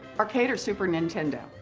arcade or super nintendo?